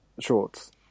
shorts